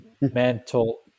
mental